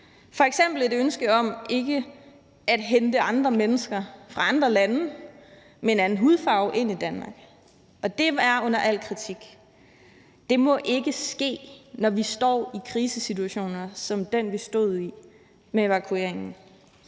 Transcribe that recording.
f.eks. et ønske om ikke at hente andre mennesker fra andre lande og med en anden hudfarve ind i Danmark – og det er under al kritik. Det må ikke ske, når vi står i krisesituationer som den, vi med evakueringen